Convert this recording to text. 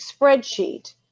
spreadsheet